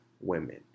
women